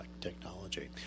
technology